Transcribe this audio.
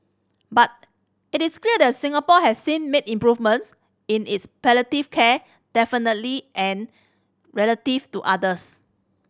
but it is clear that Singapore has since made improvements in its palliative care definitely and relative to others